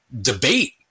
debate